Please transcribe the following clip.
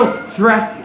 stress